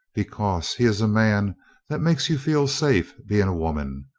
because he is a man that makes you feel safe being a woman.